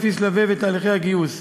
לפי שלבי תהליך הגיוס: